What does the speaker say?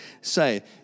say